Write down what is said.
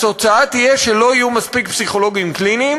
התוצאה תהיה שלא יהיו מספיק פסיכולוגים קליניים,